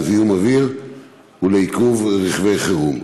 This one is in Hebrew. לזיהום אוויר ולעיכוב רכבי חירום.